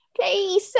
Please